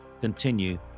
continue